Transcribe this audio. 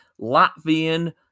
Latvian